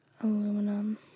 Aluminum